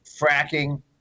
fracking